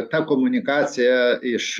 ta komunikacija iš